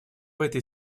этой